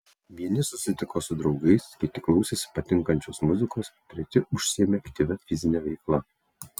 vieni susitiko su draugais kiti klausėsi patinkančios muzikos treti užsiėmė aktyvia fizine veikla